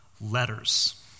letters